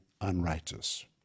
unrighteous